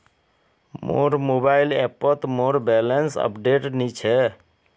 मोर मोबाइल ऐपोत मोर बैलेंस अपडेट नि छे